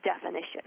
definition